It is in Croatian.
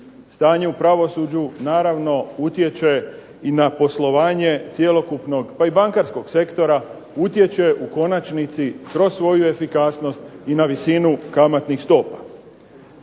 Stanje u pravosuđu naravno utječe i na poslovanje cjelokupnog pa i bankarskog sektora, utječe u konačnici kroz svoju efikasnost i na visinu kamatnih stopa.